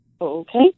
okay